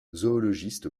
zoologiste